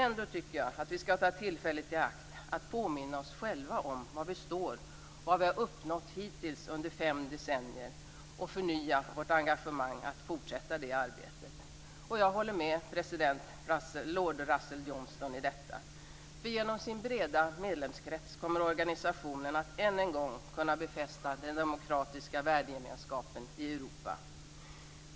Ändå tycker jag att vi skall ta tillfället i akt att påminna oss själva om var vi står och vad vi hittills under fem decennier har uppnått och att förnya vårt engagemang för att fortsätta med det arbetet. Jag håller med president Lord Russell Johnston. Genom sin breda medlemskrets kommer organisationen än en gång att kunna befästa den demokratiska värdegemenskapen i Europa.